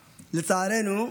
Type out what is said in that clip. לצערנו,